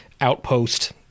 outpost